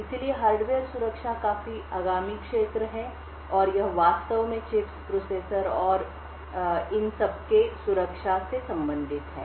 इसलिए हार्डवेयर सुरक्षा काफी आगामी क्षेत्र है और यह वास्तव में चिप्स प्रोसेसर और इतने पर सुरक्षा से संबंधित है